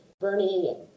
Bernie